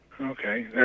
okay